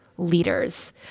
leaders